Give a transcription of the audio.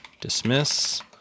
dismiss